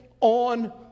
on